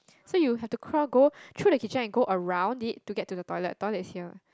so you have to crawl go through the kitchen and around it to get to the toilet toilet is here